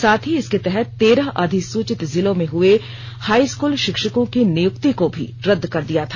साथ ही इसके तहत तेरह अधिसूचित जिलों में हुए हाई स्कूल शिक्षकों की नियुक्ति को भी रद कर दिया था